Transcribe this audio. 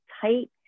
tight